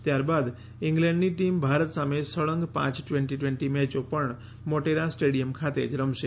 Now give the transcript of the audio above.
ત્યાર બાદ ઈંગ્લેન્ડની ટીમ ભારત સામે સળંગ પાંચ ટવેન્ટી ટવેન્ટી મેચો પણ મોટેરા સ્ટેડિયમ ખાતે જ રમશે